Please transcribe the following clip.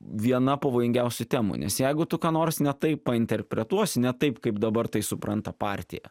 viena pavojingiausių temų nes jeigu tu ką nors ne taip painterpretuosi ne taip kaip dabar tai supranta partija